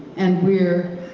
and we're.